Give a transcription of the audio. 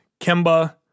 Kemba